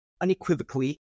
unequivocally